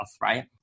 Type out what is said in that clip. right